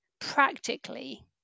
practically